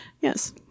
yes